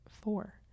four